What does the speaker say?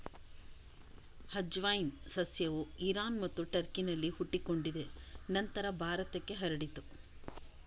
ಅಜ್ವೈನ್ ಸಸ್ಯವು ಇರಾನ್ ಮತ್ತು ಟರ್ಕಿನಲ್ಲಿ ಹುಟ್ಟಿಕೊಂಡಿದೆ ನಂತರ ಭಾರತಕ್ಕೆ ಹರಡಿತು